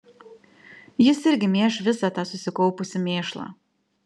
jis irgi mėš visą šitą susikaupusį mėšlą